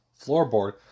floorboard